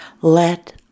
Let